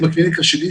בקליניקה שלי,